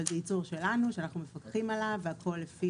אבל זה ייצור שלנו שאנחנו מפקחים עליו לפי